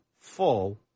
full